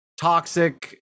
toxic